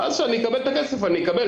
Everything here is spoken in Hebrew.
ואז כשאני אקבל את הכסף אני אקבל.